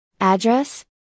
address